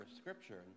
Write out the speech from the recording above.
Scripture